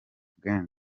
gangz